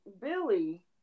Billy